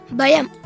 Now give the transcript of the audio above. bayam